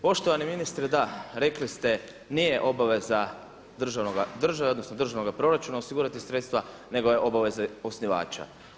Poštovani ministre da, rekli ste nije obaveza državnoga, države odnosno državnoga proračuna osigurati sredstva nego je obaveza osnivača.